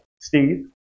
Steve